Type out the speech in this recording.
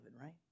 right